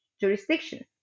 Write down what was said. jurisdiction